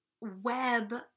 web